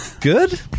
Good